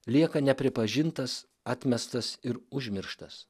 lieka nepripažintas atmestas ir užmirštas